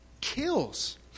kills